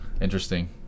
Interesting